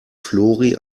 flori